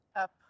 up